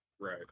Right